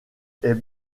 est